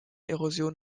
erosion